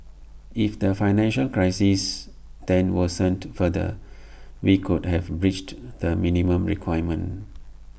if the financial crisis then worsened further we could have breached the minimum requirement